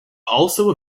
also